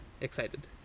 excited